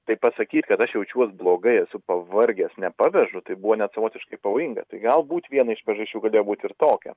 tai pasakyt kad aš jaučiuos blogai esu pavargęs nepavežu tai buvo net savotiškai pavojinga tai galbūt viena iš priežasčių galėjo būti ir tokia